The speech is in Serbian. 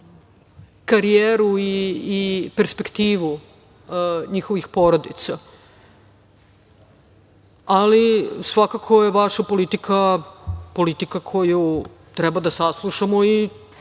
karijeru i perspektivu njihovih porodica, ali svakako je vaša politika politika koju treba da saslušamo i